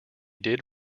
did